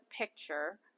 picture